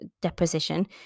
deposition